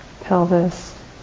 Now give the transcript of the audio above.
pelvis